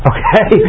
Okay